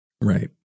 Right